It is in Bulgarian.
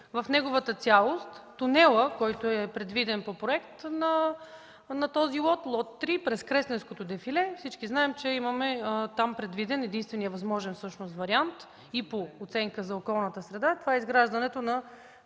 в неговата цялост тунелът, предвиден по проект на този лот 3 през Кресненското дефиле. Всички знаем, че там е предвиден – всъщност единственият възможен вариант, и по оценка за околната среда – това е изграждането на